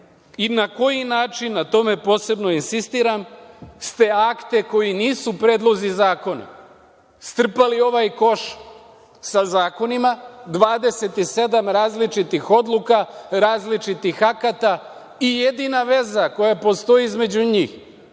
i na koji način, na tome posebno insistiram, ste akte koji nisu predlozi zakona strpali u ovaj koš sa zakonima, 27 različitih odluka, različitih akata. Jedina veza koja postoji između njih